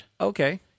Okay